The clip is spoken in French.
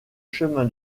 chemin